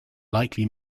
likely